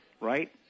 right